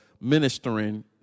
ministering